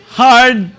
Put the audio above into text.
hard